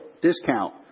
discount